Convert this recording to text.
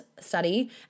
study